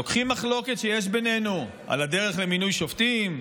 לוקחים מחלוקת שיש בינינו על הדרך למינוי שופטים,